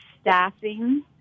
staffing